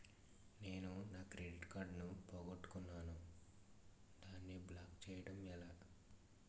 నేను నా credit card పోగొట్టుకున్నాను దానిని బ్లాక్ చేయడం ఎలా?